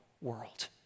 world